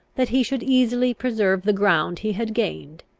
that he should easily preserve the ground he had gained,